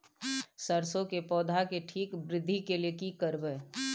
सरसो के पौधा के ठीक वृद्धि के लिये की करबै?